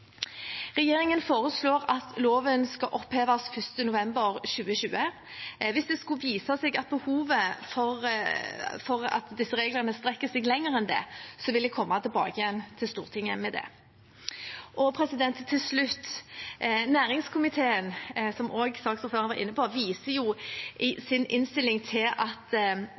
Regjeringen foreslår at loven skal oppheves 1. november 2020. Hvis det skulle vise seg at behovet for disse reglene strekker seg lenger enn det, vil jeg komme tilbake til Stortinget med det. Til slutt: Som også saksordføreren var inne på, viser næringskomiteen i sin innstilling til at